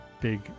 big